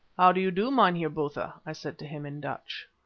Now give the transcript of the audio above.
how do you do, meinheer botha? i said to him in dutch.